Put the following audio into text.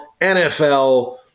NFL